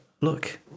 look